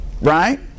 Right